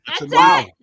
Wow